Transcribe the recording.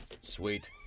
Sweet